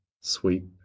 sweep